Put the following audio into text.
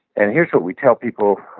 and here's what we tell people on